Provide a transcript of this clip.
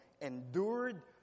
endured